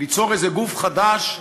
ליצור איזה גוף חדש,